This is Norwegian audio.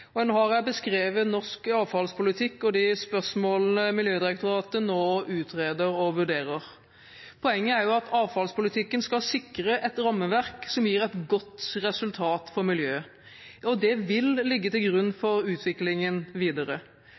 har jeg beskrevet norsk avfallspolitikk og de spørsmålene som Miljødirektoratet nå vurderer og utreder. Poenget er at avfallspolitikken skal sikre et rammeverk som gir et godt resultat for miljøet, og det vil ligge til grunn for